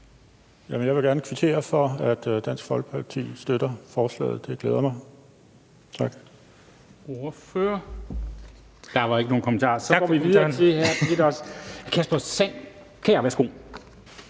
Jeg vil gerne kvittere for, at Dansk Folkeparti støtter forslaget. Det glæder mig. Tak.